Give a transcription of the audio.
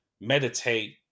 meditate